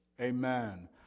Amen